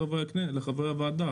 מדובר,